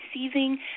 receiving